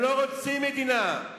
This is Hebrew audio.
הם לא רוצים מדינה,